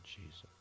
Jesus